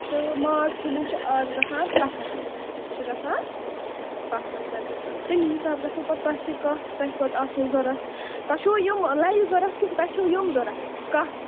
تہٕ ماز کِلوٗ چھِ آز گَژھان سَتھ ہَتھ رۄپیہِ چھِ گژھان سَتھ ہَتھ رۄپیہِ تہٕ تَمی حِساب گَژھو پتہٕ تۄہہِ تہِ کَٹھ تۄہہِ کٔژ آسنو ضوٚرَتھ تۄہہِ چھُو یِم لَیہِ ضوٚرَتھ کِن تۄہہِ چھُو یِم ضوٚرَتھ کَٹھ